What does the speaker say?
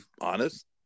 honest